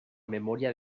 memoria